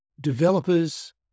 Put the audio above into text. developers